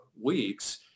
weeks